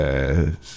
Yes